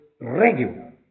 regular